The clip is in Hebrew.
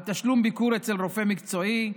על תשלום ביקור אצל רופא מקצועי,